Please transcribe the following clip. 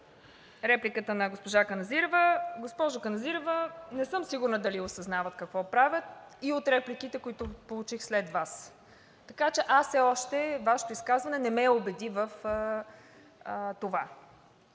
репликата на госпожа Каназирева. Госпожо Каназирева, не съм сигурна дали осъзнават какво правят и от репликите, които получих след Вас, така че аз все още, Вашето изказване не ме убеди в това.